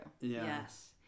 yes